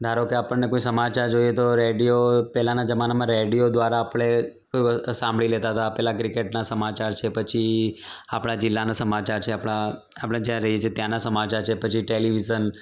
ધારો કે આપણને કોઈ સમાચાર જોઈએ તો રેડિયો પહેલાંના જમાનામાં રેડિયો દ્વારા આપણે સાંભળી લેતા હતા પહેલાં ક્રિકેટનાં સમાચાર છે પછી આપણા જિલ્લાનાં સમાચાર છે આપણાં આપણે જ્યાં રહીએ છીએ ત્યાંનાં સમાચાર છે પછી ટેલિવિઝન